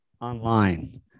online